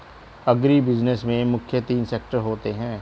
agribusiness में मुख्य तीन सेक्टर होते है